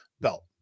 belt